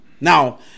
now